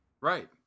Right